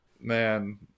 man